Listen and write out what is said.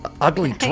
ugly